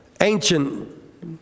ancient